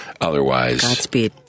Otherwise